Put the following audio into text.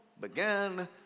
began